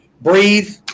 Breathe